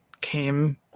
came